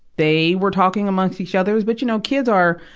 they were talking amongst each other. but, you know, kids are,